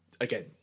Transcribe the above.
again